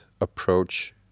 approach